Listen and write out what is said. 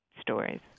stories